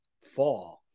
fall